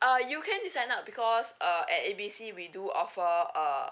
uh you can just sign up because uh at A B C we do offer err